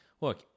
look